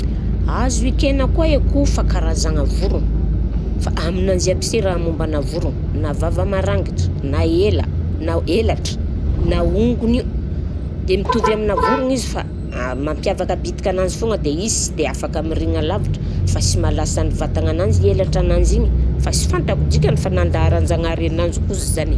Azo ekena koa e akoho fa karazagna vorogna fa aminanzy aby se raha mombanà vorogna na vava marangitra na hela- na helatra na ongony de mitovy aminà vorogna izy fa mampiavaka bitika ananzy foagna dia izy sy dia afaka mirigna lavitra fa sy mahalasa ny vatagnananzy helatrananzy igny fa sy fantako dikany fa nandaharan'ny zagnahary ananjy koa zany.